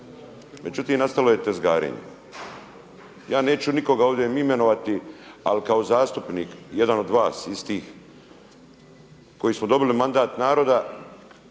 Međutim nastalo je tezgarenje. Ja neću nikoga ovdje imenovati ali kao zastupnik, jedan od vas istih koji smo dobili mandat naroda